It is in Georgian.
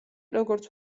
როგორც